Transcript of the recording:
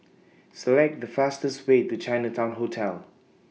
Select The fastest Way to Chinatown Hotel